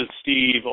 Steve